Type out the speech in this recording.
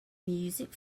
music